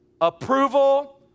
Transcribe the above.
approval